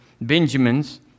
Benjamins